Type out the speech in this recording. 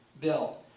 bill